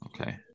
Okay